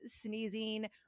sneezing